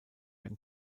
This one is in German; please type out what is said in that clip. ein